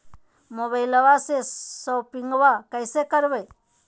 मोबाइलबा से शोपिंग्बा कैसे करबै?